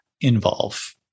involve